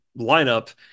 lineup